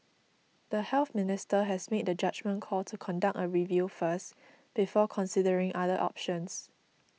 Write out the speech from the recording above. the Health Minister has made the judgement call to conduct a review first before considering other options